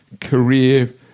career